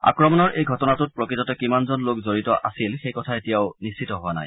আক্ৰমণৰ এই ঘটনাটোত প্ৰকৃততে কিমানজন লোক জড়িত আছিল সেই কথা এতিয়াও নিশ্চিত হোৱা নাই